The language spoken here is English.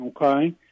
okay